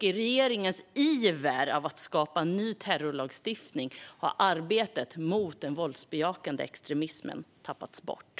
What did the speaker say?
I regeringens iver att skapa ny terrorlagstiftning har arbetet mot den våldsbejakande extremismen tappats bort.